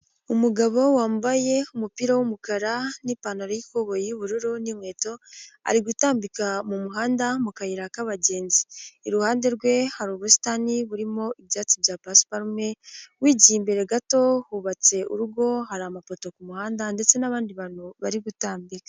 Umugabo wambaye umupira w'umukara n'ipantaro y'ikoboyi y'ubururu n'inkweto, ari gutambika mu muhanda mu kayira k'abagenzi, iruhande rwe hari ubusitani burimo ibyatsi bya pasiparume, wigiye imbere gato hubatse urugo, hari amafoto ku muhanda ndetse n'abandi bantu bari gutambika.